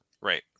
Right